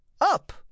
up